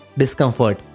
discomfort